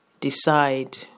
decide